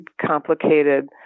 complicated